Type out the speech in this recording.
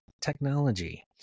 technology